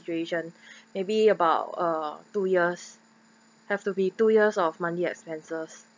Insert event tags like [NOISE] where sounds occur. ~ituation [BREATH] maybe about uh two years have to be two years of monthly expenses